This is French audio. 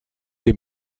les